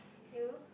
you